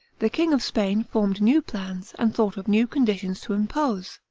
the king of spain formed new plans, and thought of new conditions to impose.